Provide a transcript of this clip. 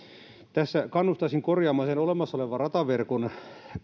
tässä kannustaisin korjaamaan sen olemassa olevan rataverkon